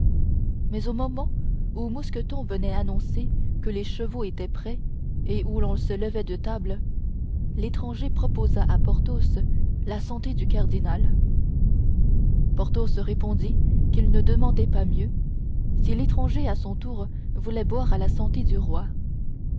mais au moment où mousqueton venait annoncer que les chevaux étaient prêts et où l'on se levait de table l'étranger proposa à porthos la santé du cardinal porthos répondit qu'il ne demandait pas mieux si l'étranger à son tour voulait boire à la santé du roi